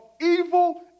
evil